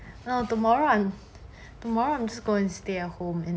no tomorrow I'm tomorrow I'm going to stay at home